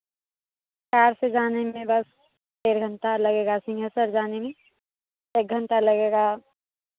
car से जाने में बस डेढ़ घंटा लगेगा सिंहेश्वर जाने में एक घंटा लगेगा